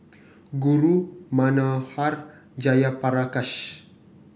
Guru Manohar Jayaprakash